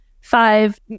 five